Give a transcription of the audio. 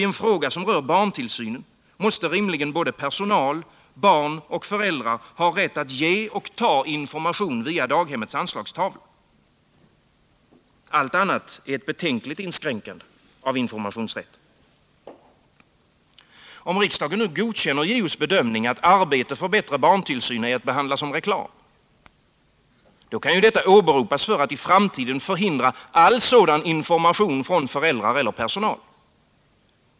I en fråga som rör barntillsyn måste rimligen inte bara personal utan också barn och föräldrar ha rätt att ge och ta information via daghemmets anslagstavla. Allt annat är ett betänkligt inskränkande av informationsrätten. Om riksdagen nu godkänner JO:s bedömning att arbete för bättre barntillsyn är att behandla såsom reklam, kan detta åberopas för att i framtiden förhindra all sådan information från föräldrar eller personal.